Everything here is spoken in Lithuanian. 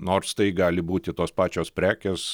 nors tai gali būti tos pačios prekės